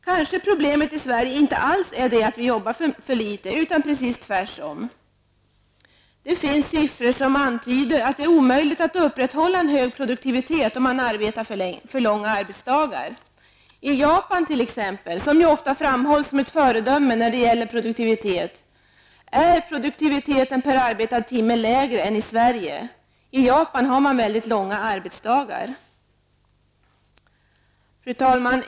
Kanske problemet i Sverige inte alls är det att vi jobbar för litet, utan precis tvärtom. Det finns siffror som antyder att det är omöjligt att upprätthålla en hög produktivitet om man har för långa arbetsdagar. I t.ex. Japan, som ofta framhålls som ett föredöme när det gäller produktivitet, är produktiviteten per arbetad timme lägre än i Sverige. I Japan har man mycket långa arbetsdagar. Fru talman!